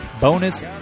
bonus